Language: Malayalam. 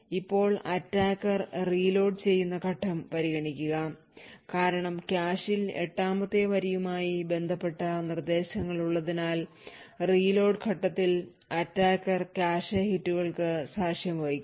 ഇപ്പോൾ attacker reload ചെയ്യുന്ന ഘട്ടം പരിഗണിക്കുക കാരണം കാഷിൽ എട്ടാമത്തെ വരിയുമായി ബന്ധപ്പെട്ട നിർദ്ദേശങ്ങൾ ഉള്ളതിനാൽ reload ഘട്ടത്തിൽ attacker കാഷെ ഹിറ്റുകൾക്ക് സാക്ഷ്യം വഹിക്കും